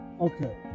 okay